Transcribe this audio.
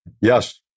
Yes